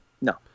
no